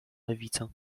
lewicą